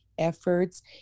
efforts